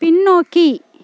பின்னோக்கி